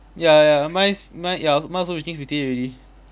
ya ya mine's mine ya mine also reaching fifty eight already